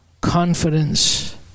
Confidence